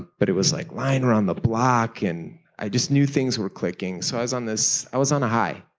but it was like lined around the block and i just knew things were clicking. so i was on this i was on a high.